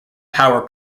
power